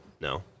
No